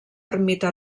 ermita